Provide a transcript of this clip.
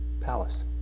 palace